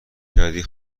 کردی